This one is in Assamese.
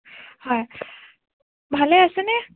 হয় ভালেই আছেনে